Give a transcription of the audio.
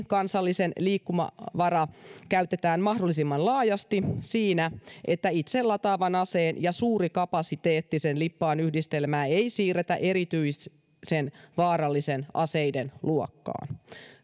kansallinen liikkumavara käytetään mahdollisimman laajasti siinä että itselataavan aseen ja suurikapasiteettisen lippaan yhdistelmää ei siirretä erityisen vaarallisten aseiden luokkaan